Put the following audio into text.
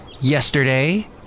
Yesterday